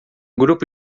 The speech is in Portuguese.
grupo